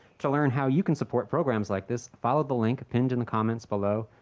to learn how you can support programs like this, follow the link pinned in the comments below.